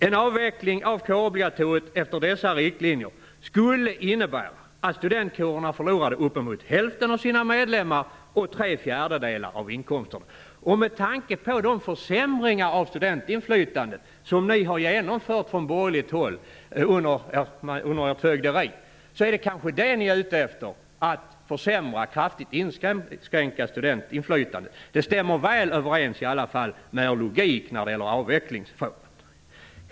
En avveckling av kårobligatoriet efter dessa riktlinjer skulle innebära att studentkårerna förlorade uppemot hälften av sina medlemmar och tre fjärdedelar av inkomsterna. Med tanke på de försämringar av studentinflytandet som ni från borgerligt håll har genomfört under er regeringstid är ni kanske ute efter att kraftigt inskränka studentinflytandet. Det stämmer i alla fall väl överens med er logik när det gäller en avveckling.